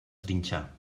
trinxar